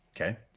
Okay